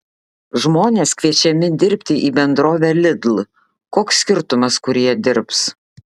žmonės kviečiami dirbti į bendrovę lidl koks skirtumas kur jie dirbs